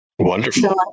Wonderful